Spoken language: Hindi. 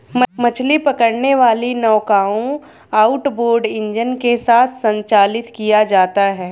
मछली पकड़ने वाली नौकाओं आउटबोर्ड इंजन के साथ संचालित किया जाता है